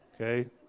Okay